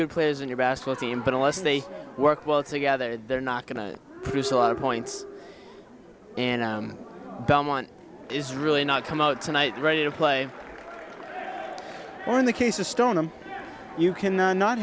good players in your basket team but unless they work well together they're not going to produce a lot of points and belmont is really not come out tonight ready to play or in the case of stone and you can not